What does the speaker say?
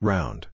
Round